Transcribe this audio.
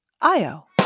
Io